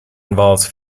involves